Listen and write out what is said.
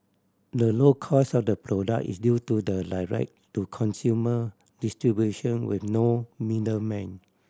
the low cost of the product is due to the direct to consumer distribution with no middlemen